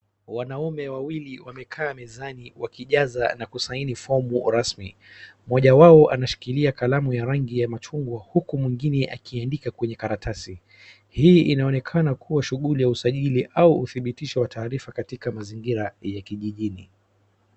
Wanaume wawili wamekaa mezani wakijaza na kusaini fomu rasmi. Mmoja wao anashikilia kalamu ya rangi ya machungwa huku mwingine akiandika kwenye karatasi. Hii inaonekana kuwa shughuli ya usajili au ufilitisho wa taarifa katika mazingira ya kijijini.